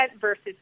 versus